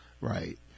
Right